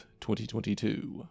2022